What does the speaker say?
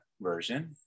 version